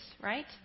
Right